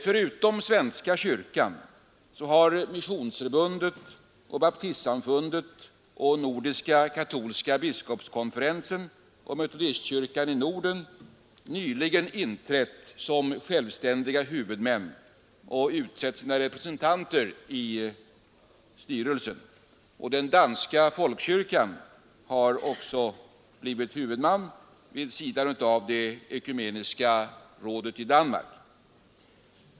Förutom svenska kyrkan har Svenska missionsförbundet, Svenska baptistsamfundet och Nordiska katolska biskopskonferensen samt Metodistkyrkan i Norden nyligen inträtt som självständiga huvudmän och utsett sina representanter i styrelsen. Den svenska folkkyrkan har också blivit huvudman vid sidan av det ekumeniska rådet i Danmark.